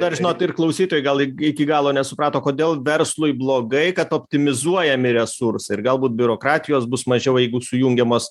dar žinot ir klausytojai gal iki galo nesuprato kodėl verslui blogai kad optimizuojami resursai ir galbūt biurokratijos bus mažiau jeigu sujungiamos